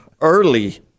Early